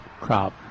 crop